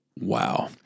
Wow